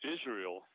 Israel